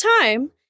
time